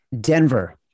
Denver